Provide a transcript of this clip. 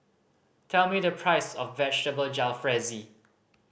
tell me the price of Vegetable Jalfrezi